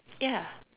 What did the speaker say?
ya